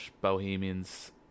bohemians